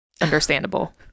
Understandable